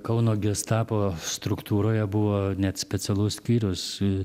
kauno gestapo struktūroje buvo net specialus skyrius